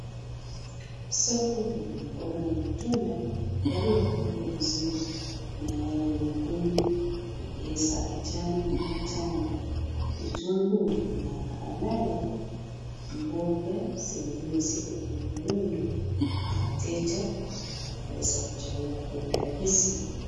Soko lenye mboga na matunda yaliyopangwa vizuri ,kuna nyanya nyekundu, pilipili za kijani na manjano ,vitunguu na maharagwe ,mboga zingine ziko kwenye rundo na wateja wanaweza kuchagua kwa urahisi.